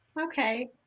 Okay